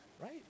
right